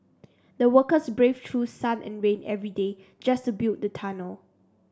the workers braved through sun and rain every day just to build the tunnel